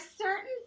certain